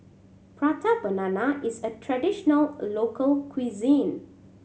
Prata Banana is a traditional local cuisine